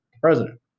president